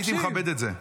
הייתי מכבד את זה.